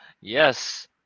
Yes